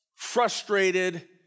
frustrated